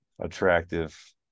attractive